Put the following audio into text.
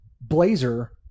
blazer